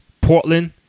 Portland